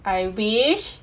I wish